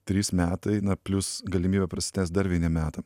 trys metai na plius galimybė prasitęst dar vieniem metam